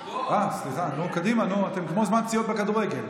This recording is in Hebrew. היא פה.